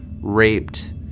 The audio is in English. raped